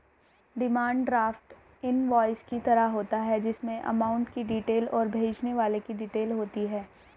demand draft invoice की तरह होता है जिसमे अमाउंट की डिटेल और भेजने वाले की डिटेल होती है